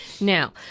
Now